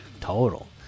total